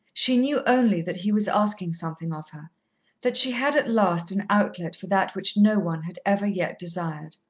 she knew only that he was asking something of her that she had at last an outlet for that which no one had ever yet desired.